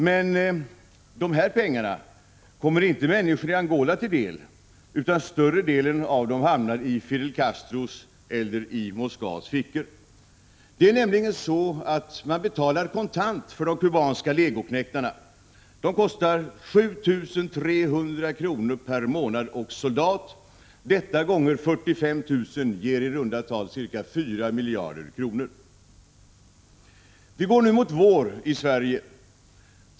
Men dessa pengar kommer inte människorna i Angola till del, utan det mesta av dem hamnar i Fidel Castros fickor — eller i Moskva. Det är nämligen så att man betalar kontant för de kubanska legoknektarna. De kostar 7 300 kr. per månad och soldat. Detta gånger 45 000 ger i runda tal ca 4 miljarder kronor. Vi går nu mot vår i Sverige.